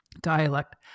dialect